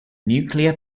nuclear